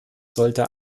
sollte